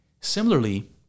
Similarly